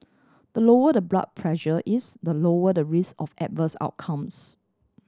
the lower the blood pressure is the lower the risk of adverse outcomes